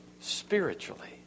spiritually